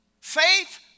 Faith